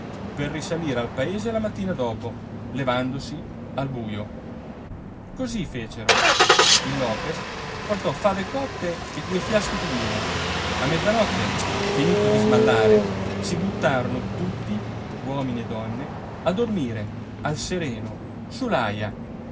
per risalire al paese la mattina dopo levandosi al bujo cosí fecero il lopes portò fave cotte e due fiaschi di vino a mezzanotte finito di smallare si buttarono tutti uomini e donne a dormire al sereno